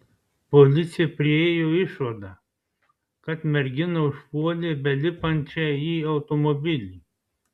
policija priėjo išvadą kad merginą užpuolė belipančią į automobilį